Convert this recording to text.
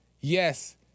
yes